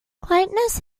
quietness